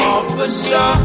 Officer